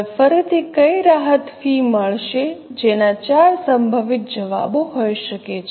હવે ફરીથી કઈ રાહત ફી મળશે જેના 4 સંભવિત જવાબો હોઈ શકે છે